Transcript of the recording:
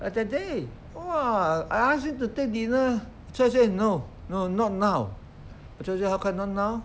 like that day !wah! I ask him to take dinner he say no no not now he say why not now